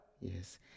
yes